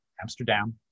Amsterdam